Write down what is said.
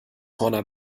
horner